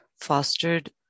fostered